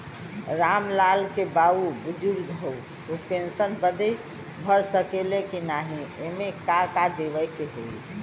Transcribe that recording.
राम लाल के बाऊ बुजुर्ग ह ऊ पेंशन बदे भर सके ले की नाही एमे का का देवे के होई?